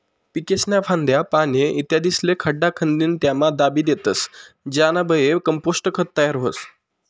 पीकेस्न्या फांद्या, पाने, इत्यादिस्ले खड्डा खंदीन त्यामा दाबी देतस ज्यानाबये कंपोस्ट खत तयार व्हस